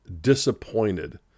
disappointed